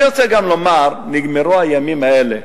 אני רוצה גם לומר: נגמרו הימים האלה,